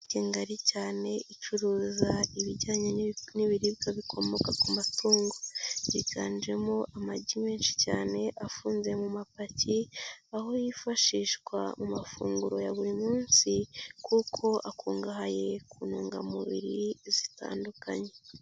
Inzu ngari cyane icuruza ibijyanye n'ibiribwa bikomoka ku matungo, yiganjemo amagi menshi cyane afunze mu mapaki, aho yifashishwa mu mafunguro ya buri munsi kuko akungahaye ku ntungamubiri zitandukanye.